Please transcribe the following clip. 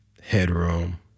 headroom